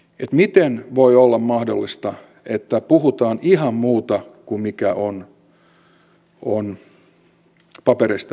miten voi olla mahdollista että puhutaan ihan muuta kuin mikä on papereista ilmenevää